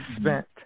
spent